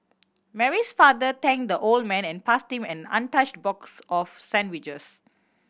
Mary's father thanked the old man and passed him an untouched box of sandwiches